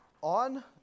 on